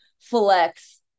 flex